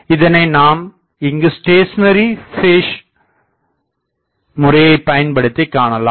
இதனை நாம் இங்கு ஸ்டேசனரி பேஸ் முறையைப் பயன்படுத்திக் காணலாம்